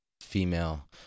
female